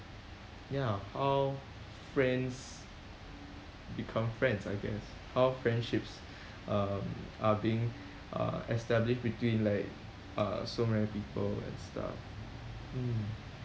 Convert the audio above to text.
ya how friends become friends I guess how friendships um are being uh established between like uh so many people and stuff mm